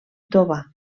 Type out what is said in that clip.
tova